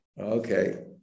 Okay